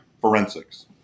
forensics